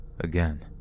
again